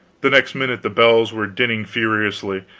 the next minute the bells were dinning furiously,